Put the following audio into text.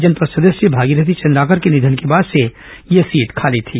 जनपद अध्यक्ष भागीरथी चंद्राकर के निधन के बाद से यह सीट खाली थी